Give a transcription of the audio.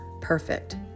perfect